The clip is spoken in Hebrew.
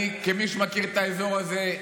כמי שמכיר את האזור הזה,